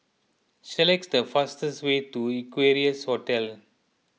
select the fastest way to Equarius Hotel